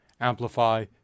amplify